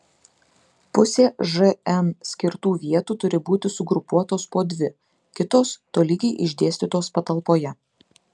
pusė žn skirtų vietų turi būti sugrupuotos po dvi kitos tolygiai išdėstytos patalpoje